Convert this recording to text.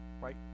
right